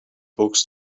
books